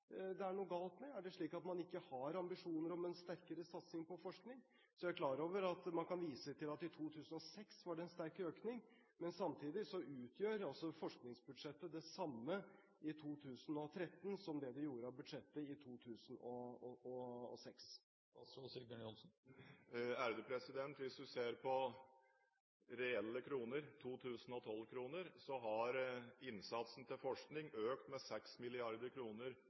det er noe galt med? Er det slik at man ikke har ambisjoner om sterkere satsing på forskning? Jeg er klar over at man kan vise til at det i 2006 var en sterk økning. Samtidig utgjør altså forskningsbudsjettet det samme i 2013 som det det gjorde i budsjettet for 2006. Hvis man ser på reelle 2012-kroner, har innsatsen til forskning økt med